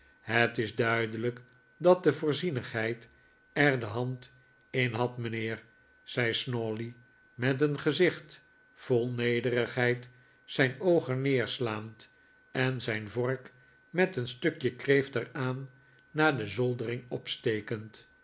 het is duidelijk dat de voorzienigheid er de hand in had mijnheer zei snawley met een gezicht vol nederigheid zijn oogen neerslaand en zijn vork met een stukje kreeft er aan naar de zoldering opstekend